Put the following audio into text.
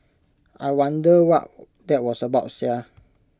I wonder what that was about Sia